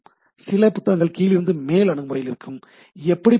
சில புத்தகங்கள் கீழிருந்து மேல் அணுகுமுறையில் எழுதப்பட்டிருக்கும்